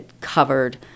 covered